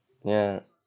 ya